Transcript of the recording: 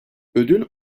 ödül